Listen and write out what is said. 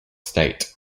state